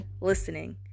listening